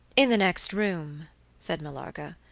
in the next room said millarca,